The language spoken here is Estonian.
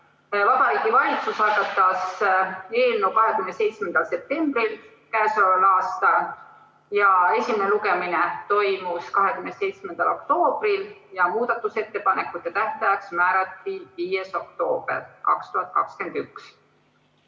Vabariigi Valitsus algatas eelnõu 27. septembril k.a. Esimene lugemine toimus 27. oktoobril ja muudatusettepanekute tähtajaks määrati 5. oktoober 2021.